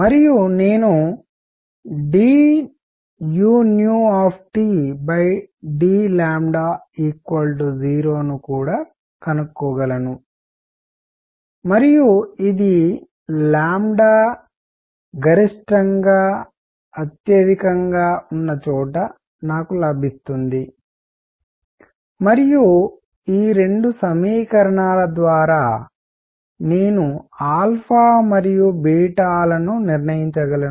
మరియు నేను dud0 ను కూడా కనుక్కోగలను మరియు ఇది గరిష్టంగా అత్యధికంగా ఉన్న చోట నాకు ఇస్తుంది మరియు ఈ రెండు సమీకరణాల ద్వారా నేను మరియు లను నిర్ణయించగలను